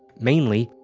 mainly,